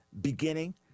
beginning